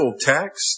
text